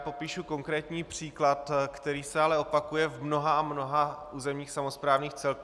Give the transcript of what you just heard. Popíšu konkrétní příklad, který se ale opakuje v mnoha a mnoha územních samosprávných celcích.